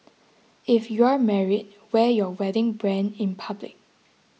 if you're married wear your wedding brand in public